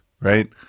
right